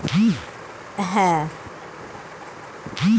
ভারতে গবাদি পশুদের অনেক রকমের প্রজাতি পাওয়া যায় যেমন গিরি, লাল সিন্ধি ইত্যাদি